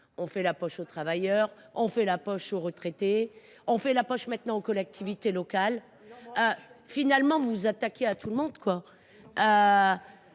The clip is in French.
On fait les poches aux travailleurs, on fait les poches aux retraités, on fait les poches maintenant aux collectivités locales ! En somme, vous vous attaquez à tout le monde !